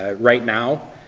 ah right now,